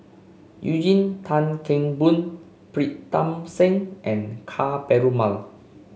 Eugene Tan Kheng Boon Pritam Singh and Ka Perumal